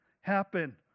happen